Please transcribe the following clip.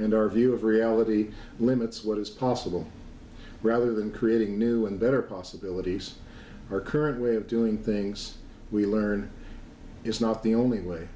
and our view of reality limits what is possible rather than creating new and better possibilities our current way of doing things we learn is not the only way